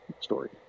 story